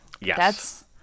Yes